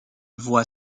voit